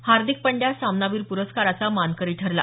हार्दिक पांड्या सामनावीर प्रस्काराचा मानकरी ठरला